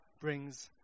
brings